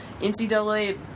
NCAA